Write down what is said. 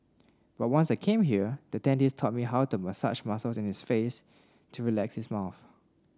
but once I came here the dentist taught me how to massage muscles in his face to relax his mouth